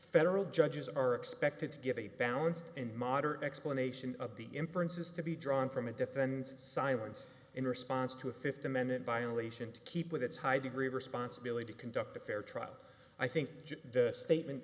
federal judges are expected to give a balanced and moderate explanation of the inferences to be drawn from a defense silence in response to a fifth amendment violation to keep with its high degree of responsibility to conduct a fair trial i think the statement